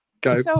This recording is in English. Go